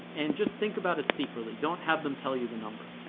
and just think about it secretly, don't have them tell you the number.